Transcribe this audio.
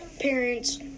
Parents